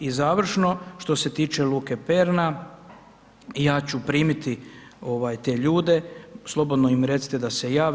I završno, što se tiče luke Perna, ja ću primiti te ljude, slobodno im recite da se jave.